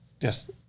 Yes